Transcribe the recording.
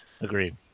Agreed